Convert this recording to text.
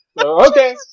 okay